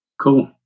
Cool